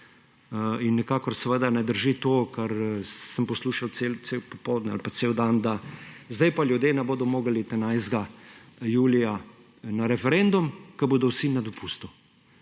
in nikakor ne drži to, kar sem poslušal celo popoldan ali pa cel dan, da zdaj pa ljudje ne bodo mogli iti 11. julija na referendum, ker bodo vsi na dopustu.